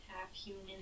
half-human